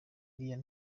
iriya